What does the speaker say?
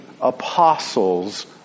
apostles